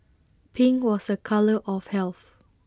pink was A colour of health